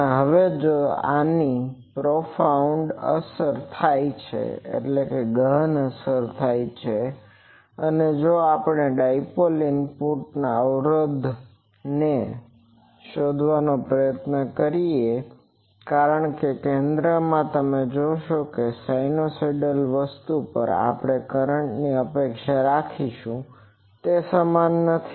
અને હવે જો આની પ્રોફાઊન્ડ profound ગહન અસર થાય છેઅને જો આપણે ડાઇપોલના ઇનપુટ અવરોધને શોધવા પ્રયત્ન કરીએ કારણ કે કેન્દ્રમાં તમે જોશો કે સાઇનસાઇડલ વસ્તુ પર આપણે કરંટની અપેક્ષા રાખીશું તે સમાન નથી